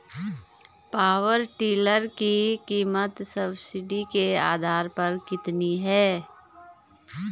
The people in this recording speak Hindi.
पावर टिलर की कीमत सब्सिडी के आधार पर कितनी है?